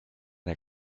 der